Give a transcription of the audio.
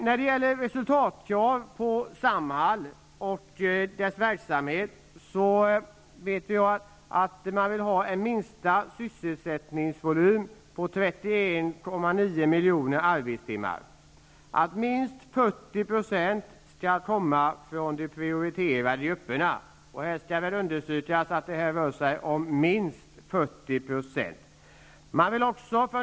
När det gäller resultat för Samhall och dess verksamhet vet vi att man vill ha en minsta sysselsättningsvolym på 31,9 miljoner arbetstimmar, att minst 40 % av nyrekryteringen skall avse de prioriterade grupperna -- och här skall understrykas att det rör sig om minst 40 %.